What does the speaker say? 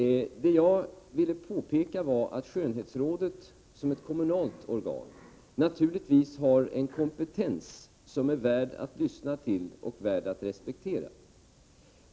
Vad jag ville påpeka var att skönhetsrådet, som kommunalt organ, naturligtvis har en kompetens som är värd att lyssna till och att respektera.